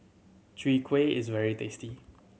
Chwee Kueh is very tasty